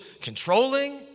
controlling